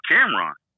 Cameron